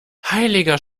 heiliger